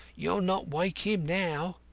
you'll not wake him now.